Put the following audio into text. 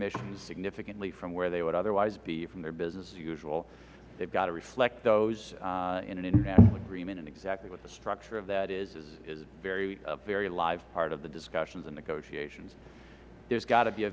emissions significantly from where they would otherwise be from their business as usual they have to reflect those in an international agreement and exactly what the structure of that is it is a very live part of the discussions and negotiations there has got to be a